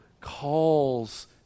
calls